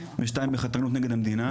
ושתיים בחתרנות נגד המדינה,